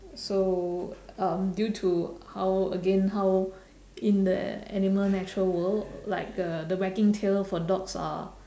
so um due to how again how in the animal natural world like uh the wagging tail for dogs are